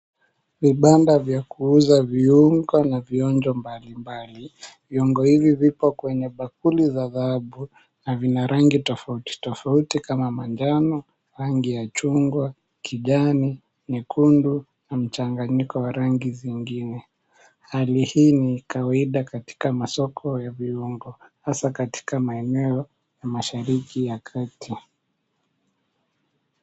Vibanda vya kuuza viungo na vionjo mbalimbali. Viungo hivi viko kwenye bakuli vya dhahabu na vina rangi tofauti tofauti kama manjano, rangi ya chungwa, kijani, nyekundu na mchanganyiko wa rangi zingine. Hali hii ni kawaida katika eneo la viungo hasa katika maeneo ya mashariki ya kati.